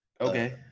Okay